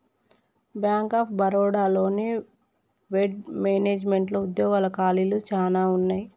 bank of Baroda లోని వెడ్ మేనేజ్మెంట్లో ఉద్యోగాల ఖాళీలు చానా ఉన్నయి